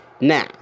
Now